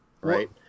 right